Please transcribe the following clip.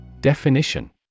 Definition